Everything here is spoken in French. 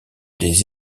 des